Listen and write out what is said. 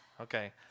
Okay